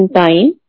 time